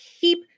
keep